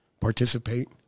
participate